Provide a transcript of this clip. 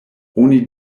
oni